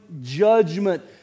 judgment